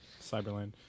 Cyberland